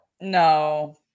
no